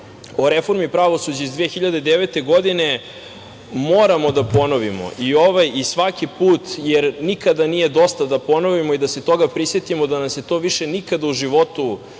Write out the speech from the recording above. o reformi pravosuđa iz 2009. godine, moramo da ponovimo i ovaj i svaki put, jer nikada nije dosta da ponovimo i da se toga prisetimo da nam se to više nikada u životu